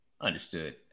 Understood